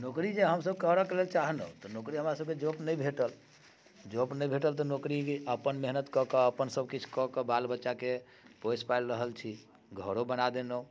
नौकरी जे हमसभ करयके लेल चाहलहुँ तऽ नौकरी हमरासभके जॉब नहि भेटल जॉब नहि भेटल तऽ नौकरी अपन मेहनति कऽ कऽ अपन सभ किछु कऽ कऽ अपन बाल बच्चाकेँ पोसि पालि रहल छी घरो बना देलहुँ